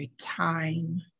time